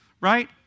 right